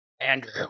Andrew